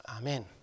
Amen